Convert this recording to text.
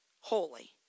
holy